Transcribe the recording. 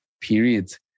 period